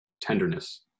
tenderness